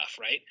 right